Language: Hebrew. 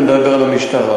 אני מדבר על המשטרה,